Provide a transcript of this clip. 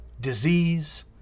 disease